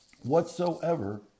whatsoever